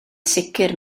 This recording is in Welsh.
sicr